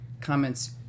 comments